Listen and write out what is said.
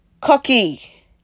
cookie